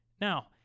Now